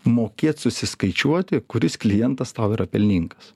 mokėt susiskaičiuoti kuris klientas tau yra pelningas